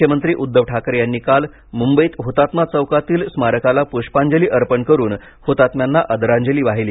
मुख्यमंत्री उध्दव ठाकरे यांनी काल मुंबईत हुतात्मा चौकातील स्मारकाला पुष्पांजली अर्पण करून हुतात्म्यांना आदरांजली वाहिली